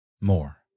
more